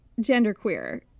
genderqueer